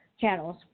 channels